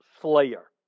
slayer